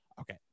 okay